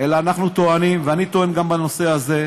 אלא שאנחנו טוענים, ואני טוען גם בנושא הזה,